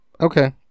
Okay